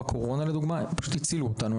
כמו בקורונה שהם הצילו אותנו,